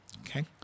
Okay